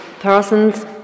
persons